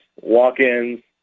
walk-ins